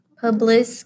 public